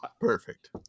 Perfect